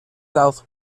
south